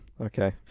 Okay